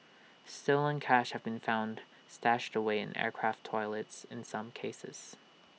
stolen cash have been found stashed away in aircraft toilets in some cases